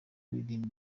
kuririmba